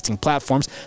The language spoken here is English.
platforms